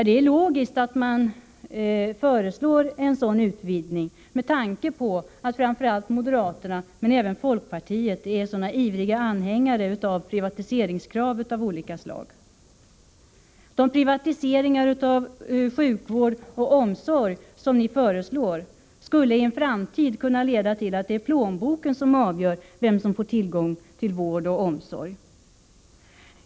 Det är logiskt att man föreslår en sådan utvidgning, med tanke på att man framför allt inom moderata samlingspartiet men även inom folkpartiet är sådana ivriga anhängare av privatiseringskrav av olika slag. De privatiseringar av sjukvård och omsorg som ni föreslår skulle i en framtid kunna leda till att det blir plånboken som avgör vem som får tillgång till vård och omsorg.